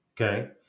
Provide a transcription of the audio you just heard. Okay